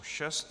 6.